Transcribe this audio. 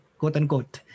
quote-unquote